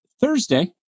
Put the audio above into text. Thursday